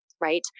Right